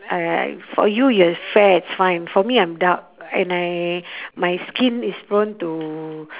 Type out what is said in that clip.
uh for you you're fair it's fine for me I'm dark and I my skin is prone to